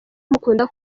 umukunda